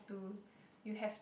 you have to